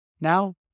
Now